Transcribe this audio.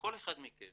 כל אחד מכם